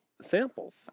Samples